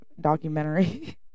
documentary